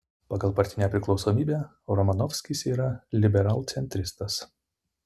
pagal partinę priklausomybę romanovskis yra liberalcentristas